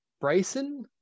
Bryson